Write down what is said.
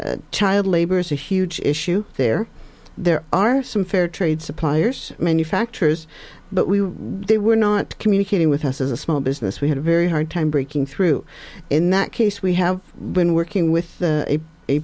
child labor is a huge issue there there are some fair trade suppliers manufacturers but we they were not communicating with us as a small business we had a very hard time breaking through in that case we have been working with a